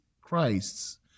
Christ's